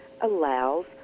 allows